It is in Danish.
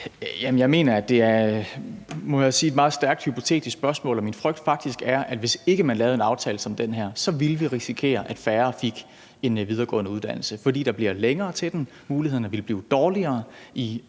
jeg sige – er et meget stærkt hypotetisk spørgsmål, og at min frygt faktisk er, at vi, hvis ikke vi lavede en aftale som den her, så ville risikere, at færre fik en videregående uddannelse, fordi der bliver længere til den, og mulighederne vil blive dårligere.